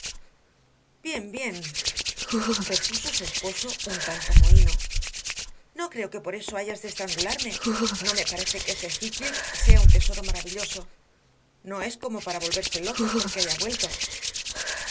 bien bien repuso su esposo un tanto mohíno no creo que por eso hayas de estrangularme no me parece que ese heathcliff sea un tesoro maravilloso no es como para volverse locos porque haya vuelto